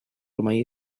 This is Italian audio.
ormai